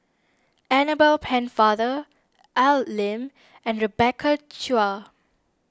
Annabel Pennefather Al Lim and Rebecca Chua